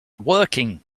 working